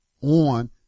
on